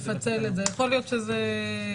אתה יודע מה,